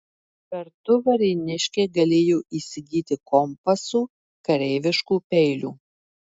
kartu varėniškiai galėjo įsigyti kompasų kareiviškų peilių